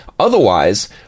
Otherwise